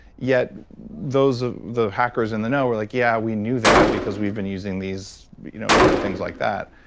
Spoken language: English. yet those of the hackers in the know were like yeah, we knew that because we've been using these you know for things like that.